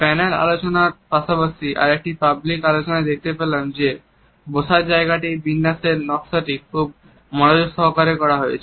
panel আলোচনার পাশাপাশি আরেকটি পাবলিক আলোচনায় আমরা দেখতে পেলাম যে বসার জায়গার বিন্যাসের নকশাটি খুব মনোযোগ সহকারে করা হয়েছে